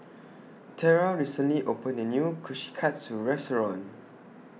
Terra recently opened The New Kushikatsu Restaurant